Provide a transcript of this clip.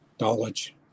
knowledge